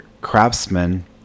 craftsman